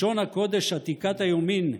לשון הקודש עתיקת היומין,